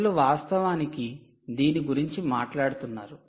ప్రజలు వాస్తవానికి దీని గురించి మాట్లాడుతున్నారు